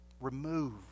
Remove